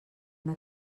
una